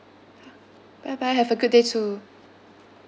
bye bye have a good day too